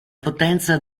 potenza